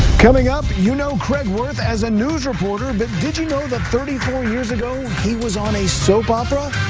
coming up you know craig wirth as a news reporter but did you know that thirty five years ago he was on a soap opera?